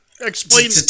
explain